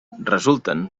resulten